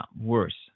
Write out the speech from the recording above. worse